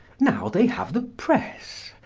now they have the press.